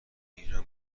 اینو